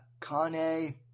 Kanye